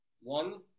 One